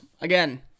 Again